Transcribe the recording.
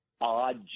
odd